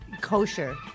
kosher